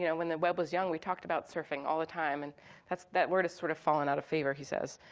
you know when the web was young, we talked about surfing all the time, and that word has sort of fallen out of favor, he says.